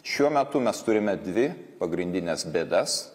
šiuo metu mes turime dvi pagrindines bėdas